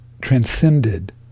transcended